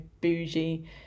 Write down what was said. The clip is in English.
bougie